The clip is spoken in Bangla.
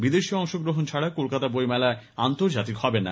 বিদেশী অংশগ্রহণ ছাড়া কলকাতা বইমেলা আন্তর্জাতিক হবে না